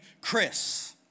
Chris